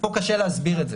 פה קשה להסביר את זה,